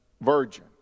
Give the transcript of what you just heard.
virgin